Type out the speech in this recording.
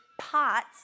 pots